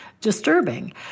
disturbing